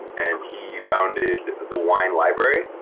and he founded the wine library,